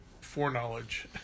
foreknowledge